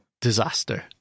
disaster